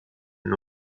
nom